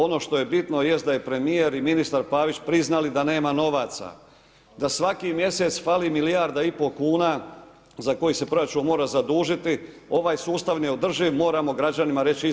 Ono što je bitno da je premijer i ministar Pavić priznali da nema novaca, da svaki mjesec fali milijarda i pol kuna za koji se proračun mora zadužiti, ovaj sustav je neodrživ, moramo građanima reći istinu.